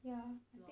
ya